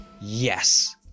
yes